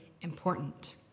important